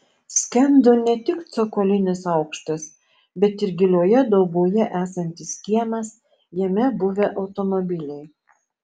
skendo ne tik cokolinis aukštas bet ir gilioje dauboje esantis kiemas jame buvę automobiliai